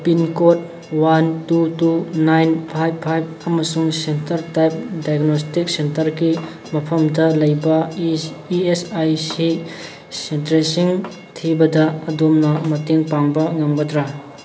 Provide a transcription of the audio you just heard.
pin code one two two nine five five ꯑꯃꯁꯨꯡ centre type diagnostics ꯁꯦꯟꯇꯔꯒꯤ ꯃꯐꯝꯗ ꯂꯩꯕ ꯏ ꯑꯦꯁ ꯑꯥꯏ ꯁꯤ ꯁꯦꯟꯇꯔꯁꯤꯡ ꯊꯤꯕꯗ ꯑꯗꯣꯝꯅ ꯃꯇꯦꯡ ꯄꯥꯡꯕ ꯉꯝꯒꯗ꯭ꯔꯥ